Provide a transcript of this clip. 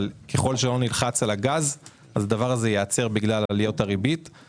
אבל אם לא נלחץ על הגז הדבר הזה ייעצר בגלל עליות הריבית.